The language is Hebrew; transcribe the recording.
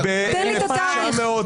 תן לי את התאריך.